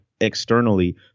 externally